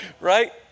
Right